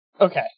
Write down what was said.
Okay